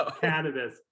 cannabis